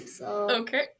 Okay